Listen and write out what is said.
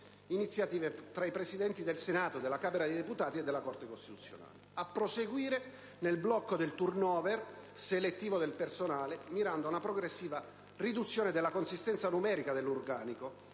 iniziative tra i Presidenti del Senato, della Camera dei deputati e della Corte costituzionale; a proseguire nel blocco del *turnover* selettivo del personale, mirando ad una progressiva riduzione della consistenza numerica dell'organico,